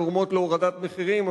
גורמות להורדת מחירים,